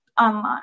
online